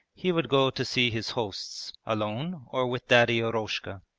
he would go to see his hosts, alone or with daddy eroshka.